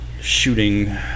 shooting